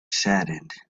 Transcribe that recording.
saddened